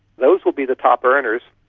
those will be the top earners.